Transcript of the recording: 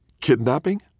kidnapping